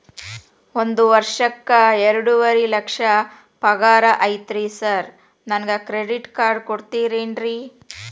ಒಂದ್ ವರ್ಷಕ್ಕ ಎರಡುವರಿ ಲಕ್ಷ ಪಗಾರ ಐತ್ರಿ ಸಾರ್ ನನ್ಗ ಕ್ರೆಡಿಟ್ ಕಾರ್ಡ್ ಕೊಡ್ತೇರೆನ್ರಿ?